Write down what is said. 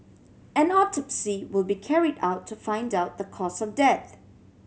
an autopsy will be carried out to find out the cause of death